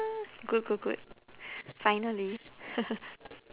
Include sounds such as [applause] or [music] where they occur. [noise] good good good finally [noise]